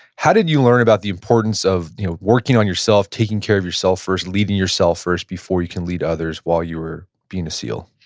how did you learn about the importance of you know working on yourself, taking care of yourself first, leading yourself first, before you can lead others, while you were being a seal?